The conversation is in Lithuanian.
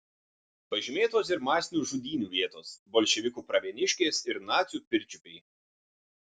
pažymėtos ir masinių žudynių vietos bolševikų pravieniškės ir nacių pirčiupiai